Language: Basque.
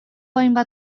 hainbat